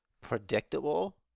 predictable